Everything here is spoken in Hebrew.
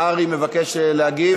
נהרי מבקש להגיב?